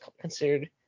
considered